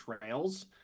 trails